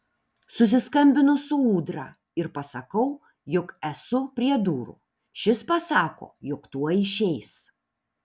susiskambinu su ūdra ir pasakau jog esu prie durų šis pasako jog tuoj išeis